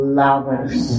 lovers